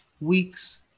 weeks